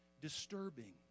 disturbing